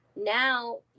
now